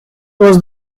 was